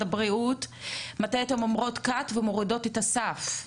הבריאות מתי אתן אומרות "קאט" ומורידות את הסף?